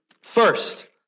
First